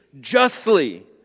justly